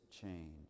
change